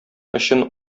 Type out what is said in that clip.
өчен